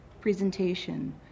presentation